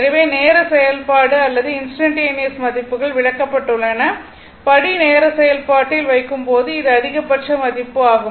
எனவே நேர செயல்பாடு அல்லது இன்ஸ்டன்டனியஸ் மதிப்புகள் விளக்கப்பட்டுள்ள படி நேர செயல்பாட்டில் வைக்கும் போது இது அதிகபட்ச மதிப்பு ஆகும்